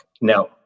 now